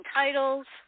titles